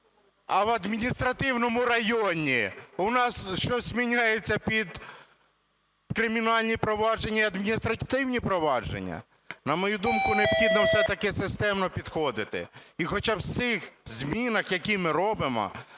а в Адміністративному – районні. У нас щось міняється під кримінальні провадження і адміністративні провадження? На мою думку, необхідно все-таки системно підходити і хоча б в цих змінах, які ми робимо,